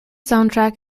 soundtrack